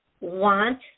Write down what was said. want